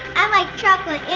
i like chocolate,